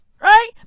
Right